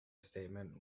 statement